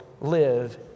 live